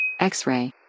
X-Ray